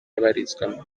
abarizwamo